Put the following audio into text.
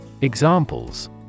Examples